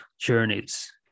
journeys